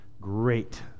great